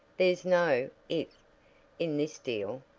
there's no if in this deal.